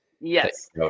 Yes